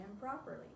properly